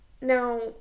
Now